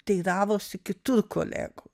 teiravosi kitų kolegų